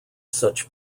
such